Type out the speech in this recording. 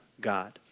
God